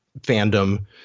fandom